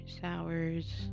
Sours